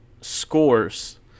scores